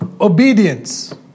obedience